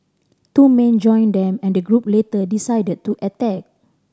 two men joined them and the group later decided to attack